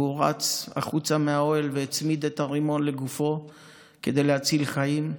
והוא רץ החוצה מהאוהל והצמיד את הרימון לגופו כדי להציל חיים.